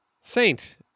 Saint